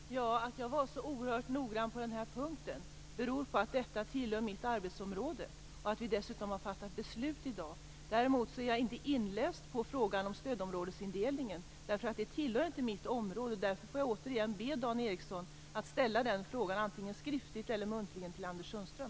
Herr talman! Att jag var så oerhört noggrann på denna punkt beror på att det tillhör mitt arbetsområde och att vi dessutom har fattat beslut i dag. Däremot är jag inte inläst på frågan om stödområdesindelningen. Det tillhör inte mitt område. Därför får jag återigen be Dan Ericsson att ställa den frågan antingen skriftligen eller muntligen till Anders Sundström.